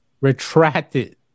retracted